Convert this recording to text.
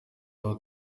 aho